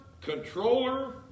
controller